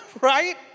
Right